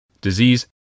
disease